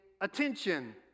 attention